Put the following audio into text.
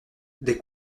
des